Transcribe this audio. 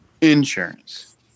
Insurance